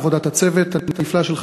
עבודת הצוות הנפלא שלך,